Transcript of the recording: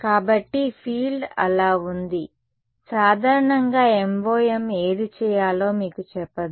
కాబట్టి ఫీల్డ్ అలా ఉంది సాధారణంగా MoM ఏది చేయాలో మీకు చెప్పదు